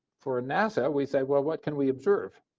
for nasa we say what what can we observe?